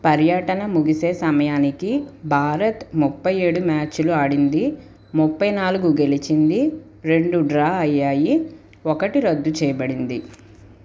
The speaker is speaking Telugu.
పర్యటన ముగిసే సమయానికి భారత్ ముప్పై ఏడు మ్యాచ్లు ఆడింది ముప్పై నాలుగు గెలిచింది రెండు డ్రా అయ్యాయి ఒకటి రద్దు చేయబడింది